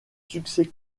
succès